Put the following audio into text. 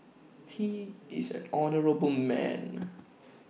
he is an honourable man